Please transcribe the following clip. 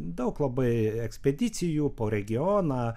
daug labai ekspedicijų po regioną